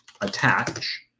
attach